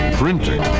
printing